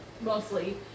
mostly